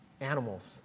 animals